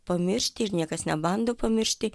pamiršti ir niekas nebando pamiršti